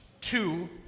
Two